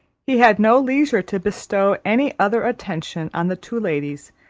he had no leisure to bestow any other attention on the two ladies,